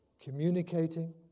communicating